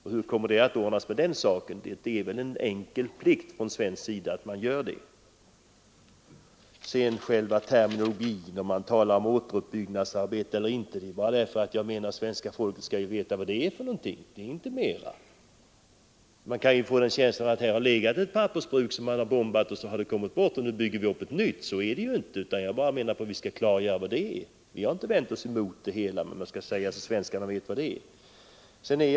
Det är en enkel plikt att man från svensk sida gör det. Beträffande själva terminologin, om man talar om återuppbyggnadsarbete eller inte, så menar jag bara att svenska folket skall veta vad det är fråga om. Man kan ju få den känslan att här har legat ett pappersbruk, som har bombats och förstörts, och nu bygger vi upp ett nytt. Man skall klargöra detta. Vi har inte vänt oss mot projektet som sådant, men man skall tala om för svenskarna vad det gäller.